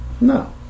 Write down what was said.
No